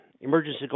emergency